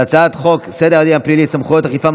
חוק הסדר הפלילי (סמכויות אכיפה,